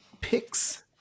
picks